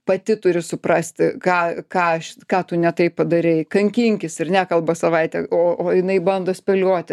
pati turi suprasti ką ką aš ką tu netaip padarei kankinkis ir nekalba savaitę o o jinai bando spėlioti